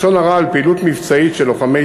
לשון הרע על פעילות מבצעית של לוחמי